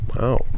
wow